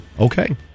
okay